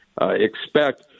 expect